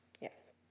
Yes